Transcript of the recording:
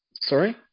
Sorry